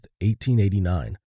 1889